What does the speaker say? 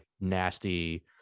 nasty –